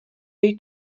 jej